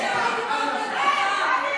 כשאני דיברתי על תופעה אתם מדברים על אנשים.